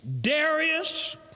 Darius